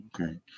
Okay